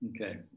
Okay